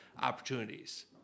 opportunities